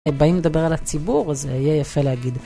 הם באים לדבר על הציבור אז זה יהיה יפה להגיד.